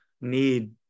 need